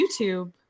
YouTube